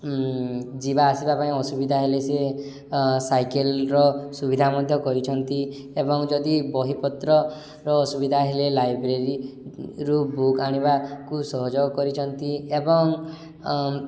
ଯିବା ଆସିବା ପାଇଁ ଅସୁବିଧା ହେଲେ ସେ ସାଇକେଲର ସୁବିଧା ମଧ୍ୟ କରିଛନ୍ତି ଏବଂ ଯଦି ବହିପତ୍ରର ଅସୁବିଧା ହେଲେ ଲାଇବ୍ରେରୀରୁ ବୁକ୍ ଆଣିବାକୁ ସହଯୋଗ କରିଛନ୍ତି ଏବଂ